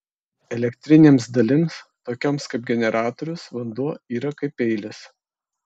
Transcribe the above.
elektrinėms dalims tokioms kaip generatorius vanduo yra kaip peilis